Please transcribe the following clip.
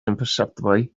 imperceptibly